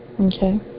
Okay